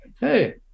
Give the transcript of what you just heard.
hey